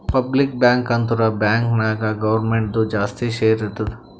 public bank ಅಂದುರ್ bank ನಾಗ್ ಗೌರ್ಮೆಂಟ್ದು ಜಾಸ್ತಿ ಶೇರ್ ಇರ್ತುದ್